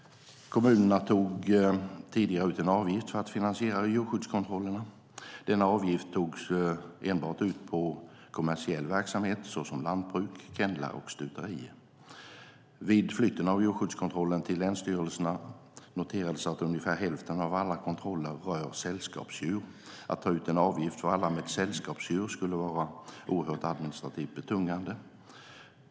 Kommunerna tog tidigare ut en avgift för att finansiera djurskyddskontrollerna. Denna avgift togs enbart ut på kommersiell verksamhet såsom lantbruk, kennlar och stuterier. Vid flytten av djurskyddskontrollen till länsstyrelserna noterades att ungefär hälften av alla kontroller rör sällskapsdjur. Att ta ut en avgift för alla med sällskapsdjur skulle vara oerhört administrativt betungande.